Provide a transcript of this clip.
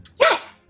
Yes